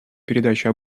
передачу